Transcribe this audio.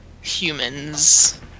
humans